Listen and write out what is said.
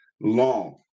long